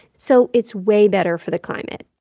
so it's way better for the climate